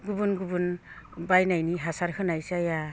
गुबुन गुबुन बायनायनि हासार होनाय जाया